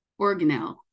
organelle